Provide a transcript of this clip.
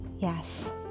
Yes